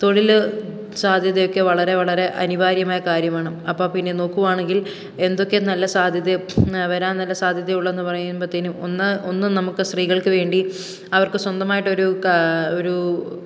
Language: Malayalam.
തൊഴിൽ സാധ്യതയൊക്കെ വളരെ വളരെ അനിവാര്യമായ കാര്യമാണ് അപ്പം പിന്നെ നോക്കുവാണെങ്കിൽ എന്തൊക്കെ നല്ല സാധ്യതേം വരാൻ നല്ല സാധ്യതയുള്ളതെന്ന് പറമ്പോഴ്ത്തേനും ഒന്ന് ഒന്നും നമുക്ക് സ്ത്രീകൾക്ക് വേണ്ടി അവർക്ക് സ്വന്തമായിട്ട് ഒരു ഒരു